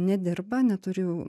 nedirba neturi